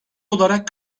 olarak